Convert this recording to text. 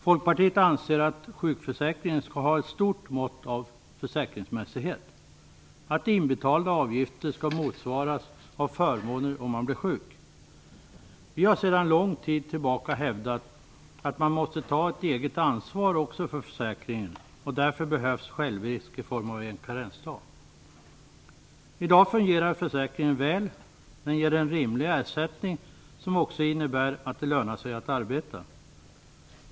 Folkpartiet anser att sjukförsäkringen skall ha ett stort mått av försäkringsmässighet, dvs. att inbetalda avgifter skall motsvaras av förmåner om man blir sjuk. Vi har sedan lång tid tillbaka hävdat att man också måste ta ett eget ansvar för försäkringen, och därför behövs självrisk i form av en karensdag. I dag fungerar försäkringen väl. Den ger en rimlig ersättning, som också innebär att det lönar sig att arbeta.